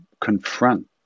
confront